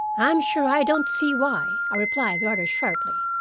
i'm sure i don't see why, i replied, rather sharply,